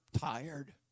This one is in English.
tired